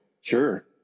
Sure